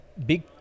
Big